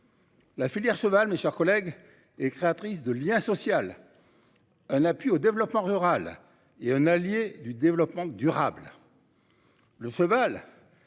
La filière cheval, mes chers collègues et créatrice de lien social. Un appui au développement rural est un allié du développement durable. Le cheval.